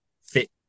fit